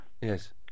Yes